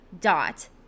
dot